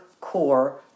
core